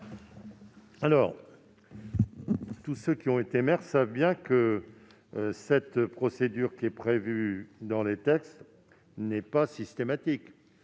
? Tous ceux qui ont été maires savent bien que la procédure qui est prévue dans les textes n'est pas systématique.